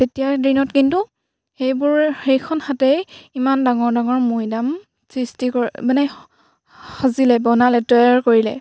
তেতিয়াৰ দিনত কিন্তু সেইবোৰ সেইখন হাতেই ইমান ডাঙৰ ডাঙৰ মৈদাম সৃষ্টি মানে সাজিলে বনালে তৈয়াৰ কৰিলে